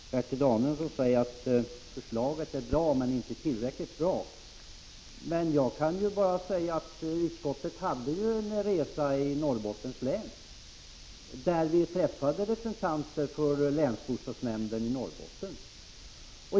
Fru talman! Bertil Danielsson säger att förslaget är bra, men inte tillräckligt bra. Jag kan då tala om att utskottet har gjort en resa till Norrbottens län, där vi träffade representanter för länsbostadsnämnden i Norrbotten.